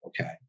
Okay